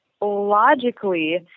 logically